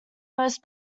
most